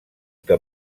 que